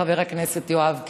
חבר הכנסת יואב קיש,